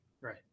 Right